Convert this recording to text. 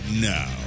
now